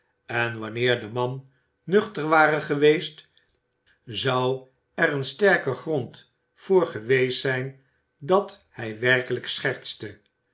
en wanneer de man nuchter ware geweest zou er een sterke grond voor geweest zijn dat hij werkelijk schertste